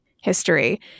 history